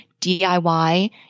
DIY